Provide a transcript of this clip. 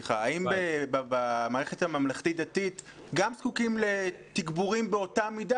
האם במערכת הממלכתית-דתית גם זקוקים לתגבורים באותה מידה